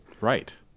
Right